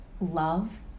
love